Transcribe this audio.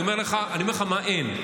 אני אומר לך מה אין.